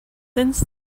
since